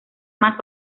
más